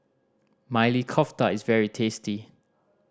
Maili Kofta is very tasty